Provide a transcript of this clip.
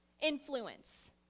influence